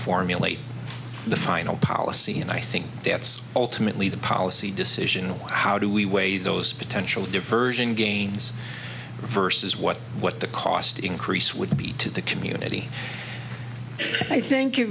formulate the final policy and i think that's ultimately the policy decision on how do we weigh those potential diversion gains versus what what the cost increase would be to the community i thank you